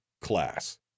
class